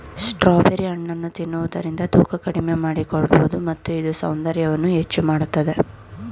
strawberry ಹಣ್ಣನ್ನು ತಿನ್ನುವುದರಿಂದ ತೂಕ ಕಡಿಮೆ ಮಾಡಿಕೊಳ್ಳಬೋದು ಮತ್ತು ಇದು ಸೌಂದರ್ಯವನ್ನು ಹೆಚ್ಚು ಮಾಡತ್ತದೆ